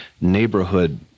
neighborhood